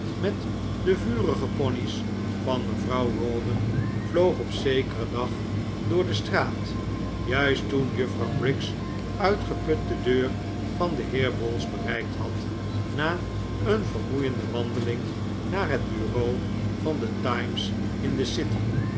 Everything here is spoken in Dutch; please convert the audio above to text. met de vurige pony's van mevrouw rawdon vloog op zekeren dag door de straat juist toen juffrouw briggs uitgeput de deur van den heer bowls bereikt had na een vermoeiende wandeling naar het bureau van de times in de city